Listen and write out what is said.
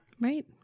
Right